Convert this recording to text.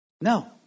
No